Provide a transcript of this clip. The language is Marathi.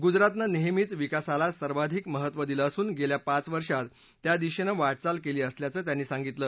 गुजरातनं नेहमीच विकासाला सर्वाधिक महत्व दिलं असून गेल्या पाच वर्षात त्या दिशेनं वाटचाल केली असल्याचं त्यांनी सांगितलं